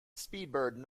speedbird